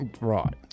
Right